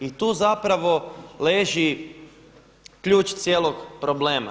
I tu zapravo leži ključ cijelog problema.